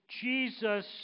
Jesus